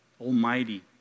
almighty